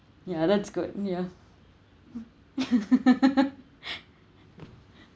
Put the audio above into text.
yeah that's good yeah